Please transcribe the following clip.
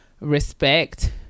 respect